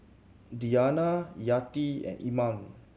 Diyana Yati and Iman